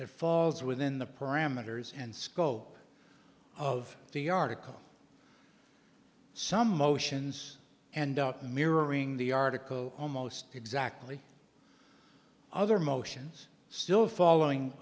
that falls within the parameters and scope of the article some motions and mirroring the article almost exactly other motions still falling